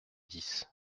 dix